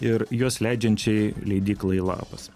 ir juos leidžiančiai leidyklai lapas